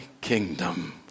kingdom